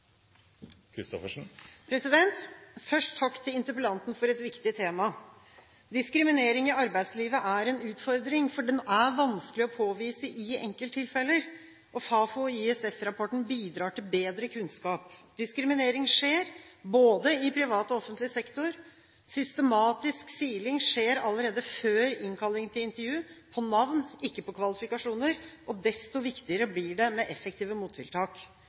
vanskelig å påvise i enkelttilfeller. Fafo- og ISF-rapporten bidrar til bedre kunnskap. Diskriminering skjer, både i privat og i offentlig sektor. Systematisk siling skjer allerede før innkalling til intervju – på navn, ikke på kvalifikasjoner. Desto viktigere blir det med effektive mottiltak.